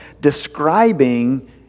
describing